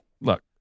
Look